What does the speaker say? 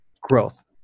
growth